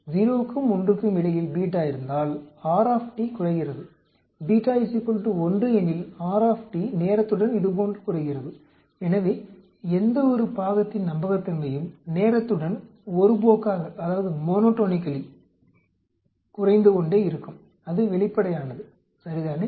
0க்கும் 1க்கும் இடையில் இருந்தால் R குறைகிறது 1 எனில் R நேரத்துடன் இதுபோன்று குறைகிறது எனவே எந்தவொரு பாகத்தின் நம்பகத்தன்மையும் நேரத்துடன் ஒருபோக்காக குறைந்து கொண்டே இருக்கும் அது வெளிப்படையானது சரிதானே